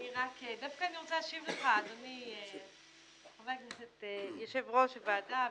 אני דווקא רוצה להשיב לך אדוני יושב ראש הוועדה,